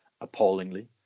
appallingly